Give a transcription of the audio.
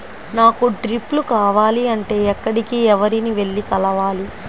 నాకు డ్రిప్లు కావాలి అంటే ఎక్కడికి, ఎవరిని వెళ్లి కలవాలి?